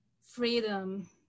freedom